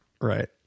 right